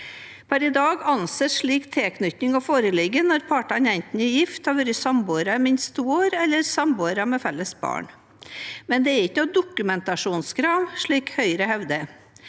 Per i dag anses slik tilknytning å foreligge når partene enten er gift, har vært samboere i minst to år eller er samboere med felles barn. Det er ikke noe dokumentasjonskrav, slik Høyre hevder.